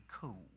cool